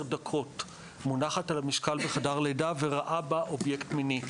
דקות מונחת על המשקל בחדר לידה וראה בה אובייקט מיני,